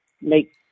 make